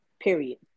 Period